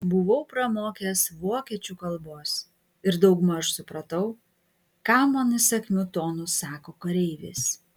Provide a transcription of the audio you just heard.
buvau pramokęs vokiečių kalbos ir daugmaž supratau ką man įsakmiu tonu sako kareivis